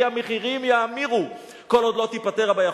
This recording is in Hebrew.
כי המחירים יאמירו כל עוד לא תיפתר הבעיה.